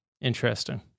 Interesting